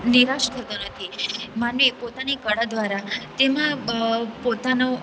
નિરાશ થતા નથી માનવી પોતાની કળા દ્વારા તેમાં પોતાનો